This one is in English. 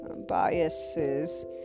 biases